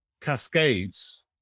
cascades